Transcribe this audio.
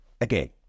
again